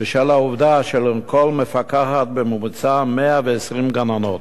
בשל העובדה שעל כל מפקחת יש בממוצע 120 גננות.